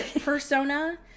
persona